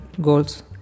goals